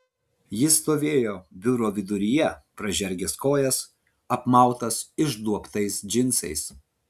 jis stovėjo biuro viduryje pražergęs kojas apmautas išduobtais džinsais